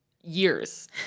years